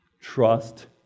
trust